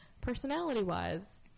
personality-wise